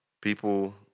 People